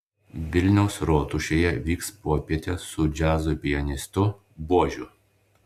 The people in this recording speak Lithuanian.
vilniaus rotušėje vyks popietė su džiazo pianistu buožiu